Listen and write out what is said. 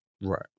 Right